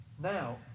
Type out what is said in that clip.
now